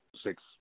six